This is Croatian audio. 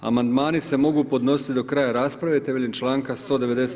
Amandmani se mogu podnositi do kraja rasprave, temeljem čl. 197.